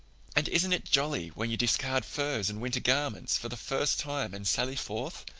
and isn't it jolly when you discard furs and winter garments for the first time and sally forth,